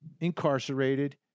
incarcerated